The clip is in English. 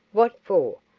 what for?